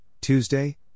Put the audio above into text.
Tuesday